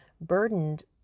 burdened